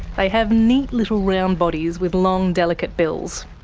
they have neat little round bodies with long delicate bills.